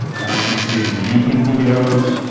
and i can see the youtube videos,